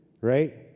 right